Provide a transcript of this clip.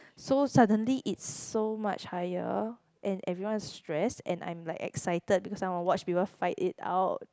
so suddenly it's so much higher and everyone's stressed and I'm like excited because I want to watch people fight it out